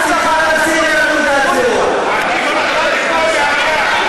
אני מבין מה אני אומר.